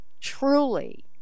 truly